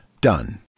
Done